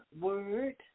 Word